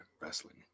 wrestling